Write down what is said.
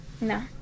No